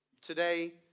Today